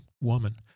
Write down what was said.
woman